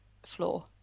floor